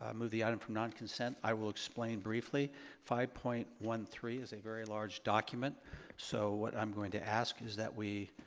um move the item from nonconsent. i will explain briefly five point one three is a very large document so what i'm going to ask is that we,